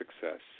success